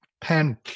pen